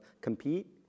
Compete